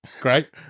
great